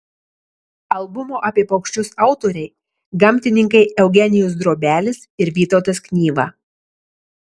albumo apie paukščius autoriai gamtininkai eugenijus drobelis ir vytautas knyva